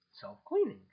self-cleaning